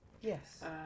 Yes